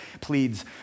pleads